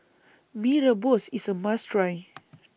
Mee Rebus IS A must Try